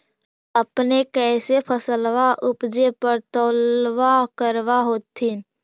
अपने कैसे फसलबा उपजे पर तौलबा करबा होत्थिन?